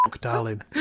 darling